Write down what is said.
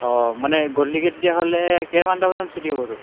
অঁ মানে গধূলিকৈ তেতিয়াহ'লে কিমানটা বজাত ছুটী হ'ব তোৰ